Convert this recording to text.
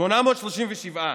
837,